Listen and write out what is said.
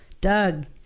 doug